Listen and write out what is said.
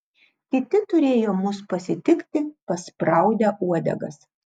kiti turėjo mus pasitikti paspraudę uodegas